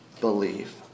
believe